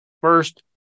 First